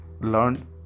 learned